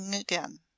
again